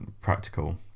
practical